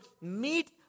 meet